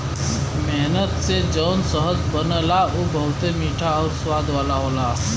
मेहनत से जौन शहद बनला उ बहुते मीठा आउर स्वाद वाला होला